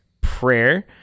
prayer